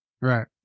Right